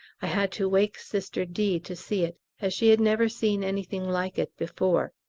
i had to wake sister d. to see it, as she had never seen anything like it before.